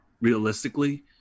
realistically